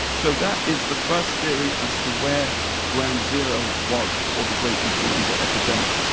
so that is the first theory as to where ground zero was for the great influenza epidemic